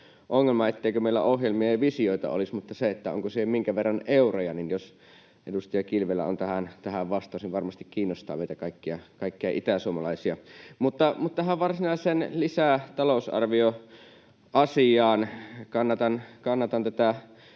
ongelma, etteikö meillä ohjelmia ja visioita olisi, mutta onko siihen minkä verran euroja. Jos edustaja Kilvellä on tähän vastaus, niin varmasti kiinnostaa meitä kaikkia itäsuomalaisia. Tähän varsinaiseen lisätalousarvioasiaan: Kannatan tätä